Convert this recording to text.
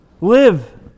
Live